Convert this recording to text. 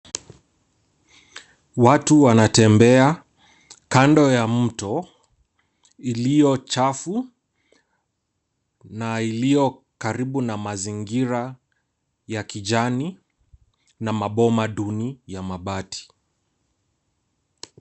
Watu wanatembea kando ya mto iliyo chafu na iliyo karibu na mazingira ya kijani na maboma duni ya mabati.